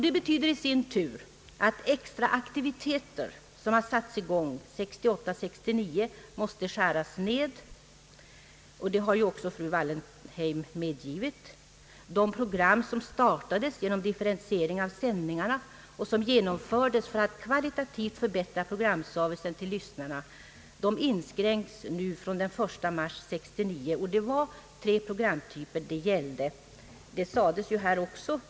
Det betyder i sin tur att extra aktiviteter, som har satts i gång under verksamhetsåret 1968/69, måste skäras ned. Detta har också fru Wallentheim medgivit. Det program som startades genom differentiering av sändningarna och som genomfördes för att kvalitativt förbättra programservicen för lyssnarna inskränks nu fr.o.m. den 1 mars 1969. Det gällde här tre programtyper.